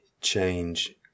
change